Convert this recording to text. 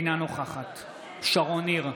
אינה נוכחת שרון ניר,